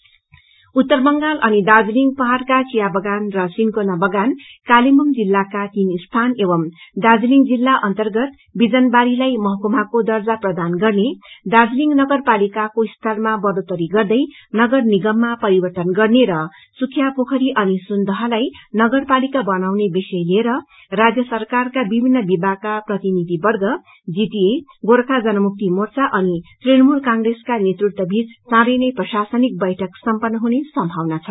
GJMM उत्तर बंगाल अनि दार्जीलिङ पहाड़का चियाबगान र सिन्कोना बगान कालेबुङ जिल्लाका तीन स्थान एव दार्जीलिङ जिल्ला अर्न्तगत बिजनबारीलाई महकुमाको दर्जा प्रदान गर्ने दार्जीलिङ नगर पालिकाको स्तरमा बढ़ोत्तरी गर्दै नगरनिगममा परिवर्त्तन गर्ने र सुखियापोखरी अनि सुनादहलाई नगरपालिका बनाउने विषय लिएर राज्य सरकारका विभिन्न विभागका प्रतिनिधिवर्ग जीटीए गोर्खा जनमुक्ति मोर्चा अनि तृणमूल कंग्रेसका नेतृत्व बीच चाँडै नै प्रशासनिक बैठक सम्पन्न हुने संभावना छ